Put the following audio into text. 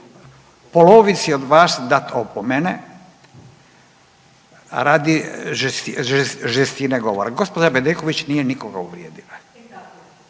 polovici od vas dati opomene radi žestine govora. Gospođa Bedeković nije nikoga uvrijedila